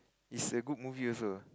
is a good movie also